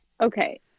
okay